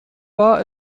war